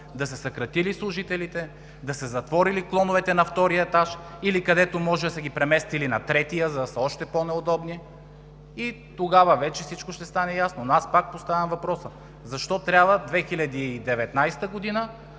да са съкратили служителите, да са затворили клоновете на втория етаж, или където може да са ги преместили – на третия, за да са на още по-неудобно място, и тогава всичко ще стане ясно. Но аз пак поставям въпроса: защо трябва в 2019 г. да